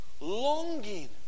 longing